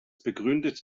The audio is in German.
begründete